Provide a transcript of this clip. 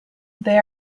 they